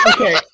Okay